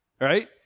right